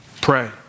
pray